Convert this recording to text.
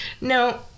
No